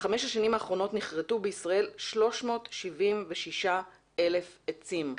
בחמש השנים האחרונות נכרתו בישראל 376,000 עצים.